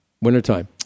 Wintertime